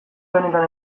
benetan